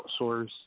outsource